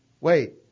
wait